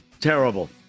Terrible